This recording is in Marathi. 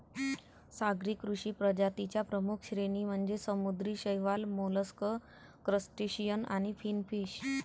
सागरी कृषी प्रजातीं च्या प्रमुख श्रेणी म्हणजे समुद्री शैवाल, मोलस्क, क्रस्टेशियन आणि फिनफिश